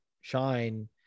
shine